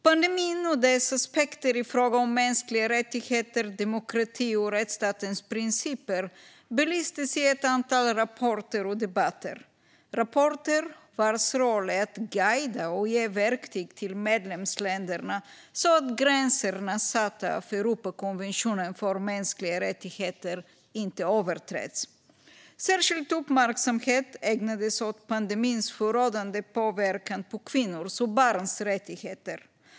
Pandemin och dess aspekter i fråga om mänskliga rättigheter, demokrati och rättsstatens principer belystes i ett antal rapporter och debatter. Rapporternas roll är att guida och ge verktyg till medlemsländerna så att gränserna satta av Europakonventionen om de mänskliga rättigheterna inte överträds. Särskild uppmärksamhet ägnades åt pandemins förödande påverkan på kvinnors och barns rättigheter.